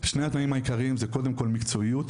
שני התנאים העיקריים זה קודם כל מקצועיות,